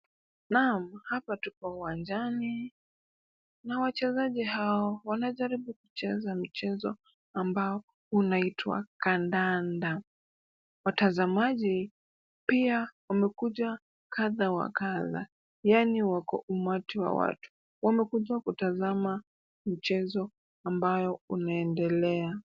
Naam! Hapa tupo uwanjani na wachezaji hao wanajaribu kucheza mchezo ambao unaitwa kandanda. Watazamaji pia wamekuja kadha wa kadha yaani wako umati wa watu. Wamekuja kutazama mchezo ambayo unaendelea.